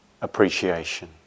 appreciation